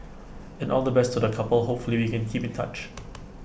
and all the best to the couple hopefully we can keep in touch